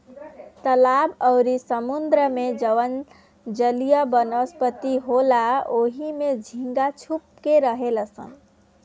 तालाब अउरी समुंद्र में जवन जलीय वनस्पति होला ओइमे झींगा छुप के रहेलसन